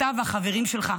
אתה והחברים שלך,